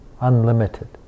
unlimited